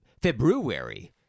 February